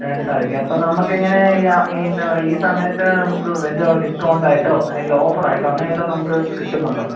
രണ്ടും സാധിക്കും അപ്പം നമ്മൾക്കിങ്ങനെ ഈ ഈ എന്താ പറയുക ഈ സമയത്ത് നമുക്ക് എന്തോ ഡിസ്ക്കൗണ്ട് ആയിട്ടോ അല്ലെങ്കിൽ ഓഫറായിട്ടോ അങ്ങനെ വല്ലതും നമുക്ക് കിട്ടുന്നുണ്ടോ